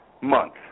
month